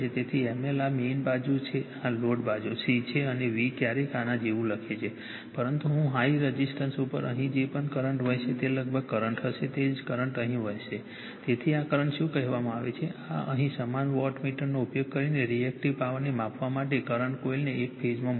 તેથી ml આ main બાજુ છે આ લોડ બાજુ C છે અને V ક્યારેક આના જેવું લખે છે પરંતુ ખૂબ જ હાઇ રઝિસ્ટન્સ ઉપર અહીં જે પણ કરંટ વહેશે તે લગભગ કરંટ હશે તે જ કરંટ અહીં વહેશે તેથી આ કરંટ શું કહેવામાં આવે છે આ અહીં સમાન વોટમીટરનો ઉપયોગ કરીને રિએક્ટિવ પાવરને માપવા માટે કરંટ કોઇલને એક ફેઝમાં મૂકો